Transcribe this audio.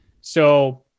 So-